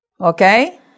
Okay